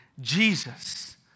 Jesus